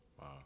Wow